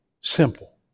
simple